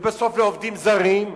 ובסוף לעובדים זרים,